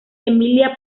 emilia